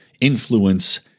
influence